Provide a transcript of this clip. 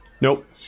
Nope